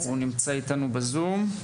הוא נמצא איתנו בזום.